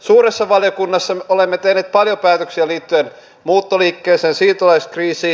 suuressa valiokunnassa me olemme tehneet paljon päätöksiä liittyen muuttoliikkeeseen siirtolaiskriisiin